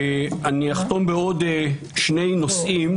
אחתום בעוד שני נושאים.